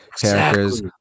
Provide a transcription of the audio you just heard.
characters